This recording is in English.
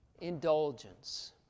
indulgence